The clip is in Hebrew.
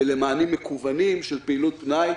ולמענים מקוונים של פעילות פנאי.